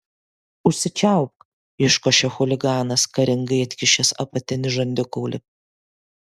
užsičiaupk iškošė chuliganas karingai atkišęs apatinį žandikaulį